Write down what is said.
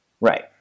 Right